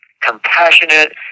compassionate